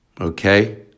Okay